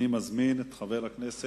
אני מזמין את חבר הכנסת